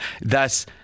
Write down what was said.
Thus